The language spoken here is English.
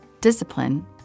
Discipline